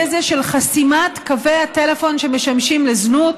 הזה של חסימת קווי הטלפון שמשמשים לזנות.